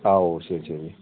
ആ ഓ ശരി ശരി